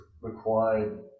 required